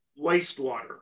wastewater